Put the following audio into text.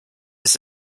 ist